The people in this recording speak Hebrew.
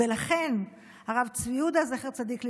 ולכן הרב צבי יהודה, זכר צדיק לברכה,